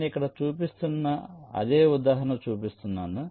నేను ఇక్కడ చూపిస్తున్న అదే ఉదాహరణ చూపిస్తున్నాను